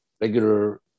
regular